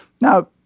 Now